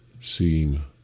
seem